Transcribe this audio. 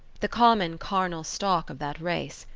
the common, carnal stock of that race,